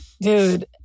Dude